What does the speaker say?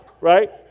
right